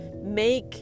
make